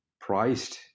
priced